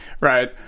right